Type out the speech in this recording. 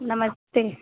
नमस्ते